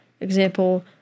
Example